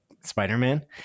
Spider-Man